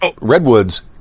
redwoods